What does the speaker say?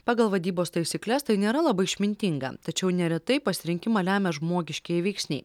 pagal vadybos taisykles tai nėra labai išmintinga tačiau neretai pasirinkimą lemia žmogiškieji veiksniai